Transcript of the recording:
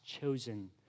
chosen